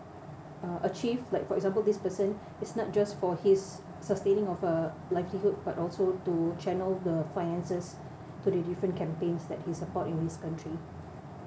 uh achieve like for example this person it's not just for his sustaining of a livelihood but also to channel the finances to the different campaigns that he support in this country